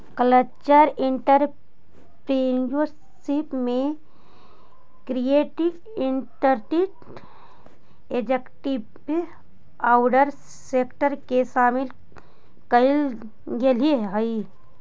cultural entrepreneurship में creative industry activities औउर sector के शामिल कईल गेलई हई